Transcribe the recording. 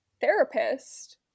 therapist